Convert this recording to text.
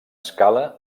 escala